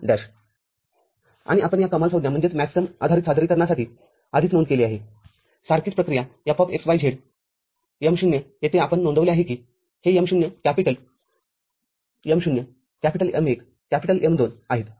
m२' आणिआपण या कमाल संज्ञाआधारित सादरीकरणासाठी आधीच नोंद केले आहे सारखीच प्रक्रिया Fxyz - M०येथेआपण नोंदवले आहे की हे M०कॅपिटलM० कॅपिटलM १कॅपिटलM२ आहे